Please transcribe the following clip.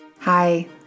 Hi